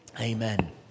Amen